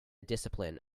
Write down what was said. discipline